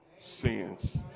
sins